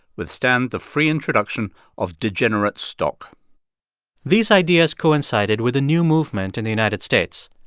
withstand the free introduction of degenerate stock these ideas coincided with a new movement in the united states.